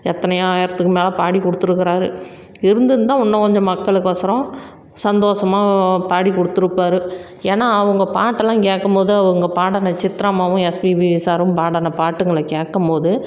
எத்தனையோ ஆயிரத்துக்கு மேல் பாடி கொடுத்துருக்கறாரு இருந்திருந்தால் இன்னும் கொஞ்சம் மக்களுக்கொசறம் சந்தோஷமா பாடிக் கொடுத்துருப்பாரு ஏன்னால் அவங்க பாட்டெல்லாம் கேட்கும் போது அவங்க பாடின சித்ராம்மாவும் எஸ்பிபி சாரும் பாடின பாட்டுங்களை கேட்கம் போது